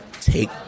take